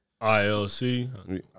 ILC